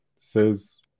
says